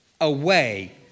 away